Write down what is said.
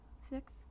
Six